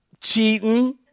cheating